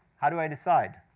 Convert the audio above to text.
how do i decide?